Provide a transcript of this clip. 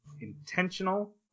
intentional